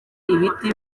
ibiti